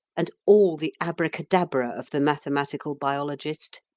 and all the abracadabra of the mathematical biologist,